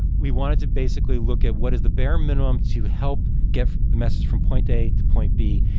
we wanted to basically look at what is the bare minimum to help get the message from point a to point b.